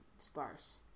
Sparse